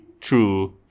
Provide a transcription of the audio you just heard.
true